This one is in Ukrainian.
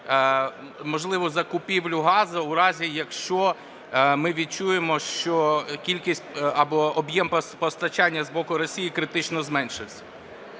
можливу закупівлю газу, у разі, якщо ми відчуємо, що кількість або об'єм постачання з боку Росії критично зменшився.